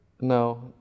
No